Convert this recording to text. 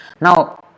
Now